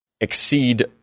exceed